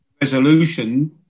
resolution